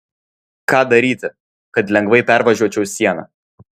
ką daryti kad lengvai pervažiuočiau sieną